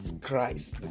Christ